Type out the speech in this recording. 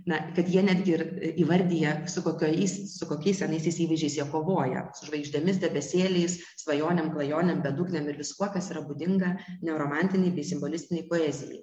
na kad jie netgi ir įvardija su kokiais su kokiais senaisiais įvaizdžiais jie kovoja su žvaigždėmis debesėliais svajonėm klajonėm bedugnėm ir viskuo kas yra būdinga neoromantinei bei simbolistinei poezijai